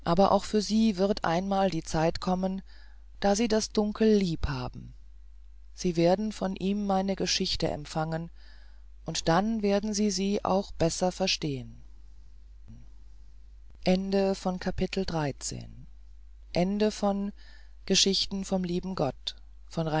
auch für sie wird einmal die zeit kommen da sie das dunkel lieb haben sie werden von ihm meine geschichte empfangen und dann werden sie sie auch besser verstehen